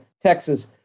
Texas